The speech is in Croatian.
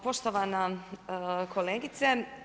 Poštovana kolegice.